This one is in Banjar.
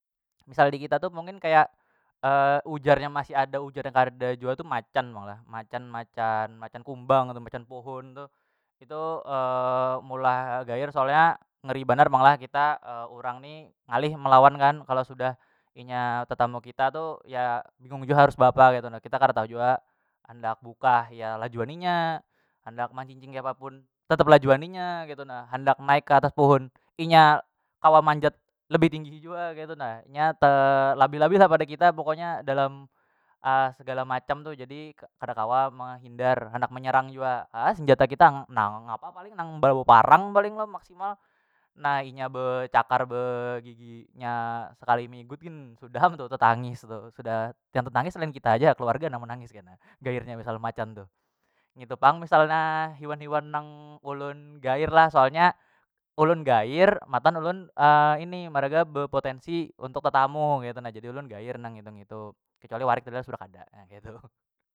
Misal dikita tu mungkin kaya ujarnya masih ada ujarnya kareda jua tu macan pang lah macan- macan macan kumbang atau macan pohon tu itu meulah gaer soalnya ngeri banar pang lah kita urang ni ngalih melawan kan kalo sudah inya tetamu kita tu ya bingung jua harus beapa ketu na kita kada tahu jua andak bukah ya lajuan inya andak mancincing kiapa pun tetap lajuan inya ketu nah, handak naik ke atas pohon inya kawa manjat lebih tinggi jua ketu nah inya telabih- labih lah pada kita pokonya dalam segala macam tu jadi kada kawa mehindar handak menyerang jua senjata kita nang apa nang paling nang bawa parang paling lo maksimal na inya becakar begigi nya sekali meigut gin sudah am tu tetangis tu sudah yang tetangis lain kita haja keluarga nang menangis kena gair nya misal macan tu ngitu pang misalnya hiwan- hiwan nang ulun gair lah soalnya ulun gair matan ulun ini berpotensi untuk tetamu ketu na jadi ulun gair nang ketu ketu kecuali warik tu sudah kada keitu.